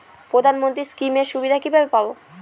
প্রধানমন্ত্রী স্কীম এর সুবিধা কিভাবে পাবো?